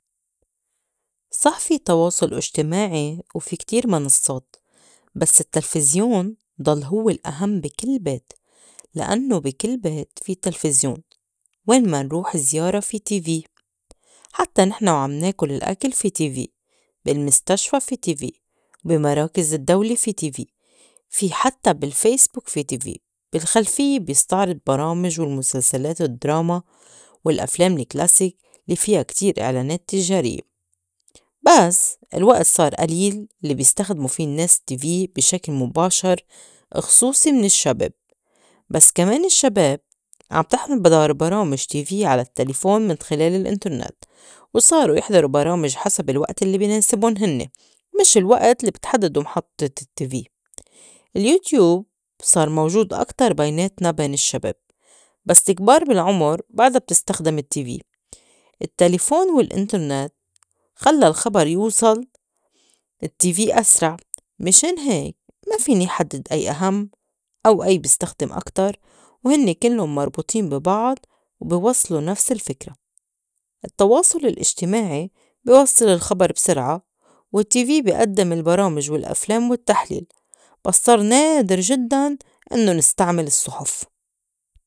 صح في تواصُل إجتماعي وفي كتير منصّات بس التّلفزيون ضل هوّ الأهم بي كل بيت لأنّو بي كل بيت في تَلْفِزيون، وين ما نروح زيارة في Tv، حتّى نِحْن وعم ناكُل الأكل في Tv، بالمستشفى في Tv، وبي مراكِز الدّولة في Tv، في حتّى بالفايسبوك في Tv، بالخلفيّة بيستعرض برامج والمُسلْسلات الدراما والأفلام لكلاسيك لي فيا كتير إعلانات تِجاريّة. بس الوئت صار أليل لي بيستخدمو في النّاس Tv بي شكل مُباشر اخصوصي من الشّباب، بس كمان الشّباب عم تحضَر برامج Tv على التّلفون من خِلال الإنترنت وصارو يحضرو برامج حسب الوئت الّي بي ناسِبُن هنّي مش الوئت الّي بتحدّدو محطّة ال Tv.اليوتيوب صار موجود أكتر بيناتنا بين الشّباب بس الكبار بالعُمُر بعدا بتستخدِم ال Tv. التّلفون والإنترنت خلّا الخبر يوصل Tv أسرع، مِشان هيك ما فيني حدّد أي أهَم أو أي بستخدم أكتر وهنّي كِلُّن مربوطين بي بعض وبوصلو نفس الفكرة. التّواصُل الإجتماعي بي وصّل الخبر بسرعة وال Tv بي أدّم البرامج والأفلام والتّحليل، بس صار نادر جدّاً إنّو نستعمل الصُّحُف.